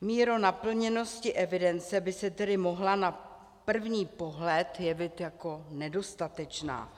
Míra naplněnosti evidence by se tedy mohla na první pohled jevit jako nedostatečná.